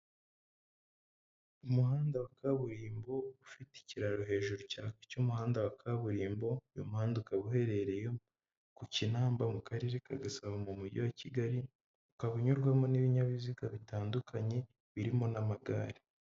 Umuhanda wa kaburimbo ufite ikiraro hejuru cy'umuhanda wa kaburimbo. Uyu umuhanda ukaba uherereye ku kinamba mu karere ka gasabo mu mujyi wa Kigali uka unyurwamo n'ibinyabiziga bitandukanye birimo n'amagare.